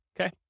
Okay